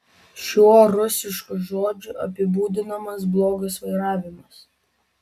šiuo rusišku žodžiu apibūdinamas blogas vairavimas